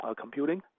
computing